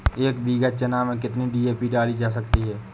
एक बीघा चना में कितनी डी.ए.पी डाली जा सकती है?